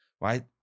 right